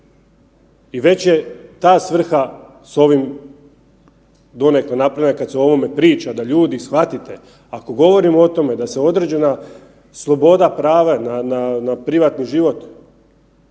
I već je ta svrha s ovim donekle napravljena kad se o ovome priča da ljudi shvatite ako govorimo o tome da se određena sloboda prava na, na, na privatni život